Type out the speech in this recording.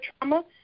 trauma